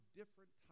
different